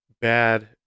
bad